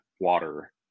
water